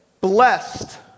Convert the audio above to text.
blessed